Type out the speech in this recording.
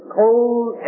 cold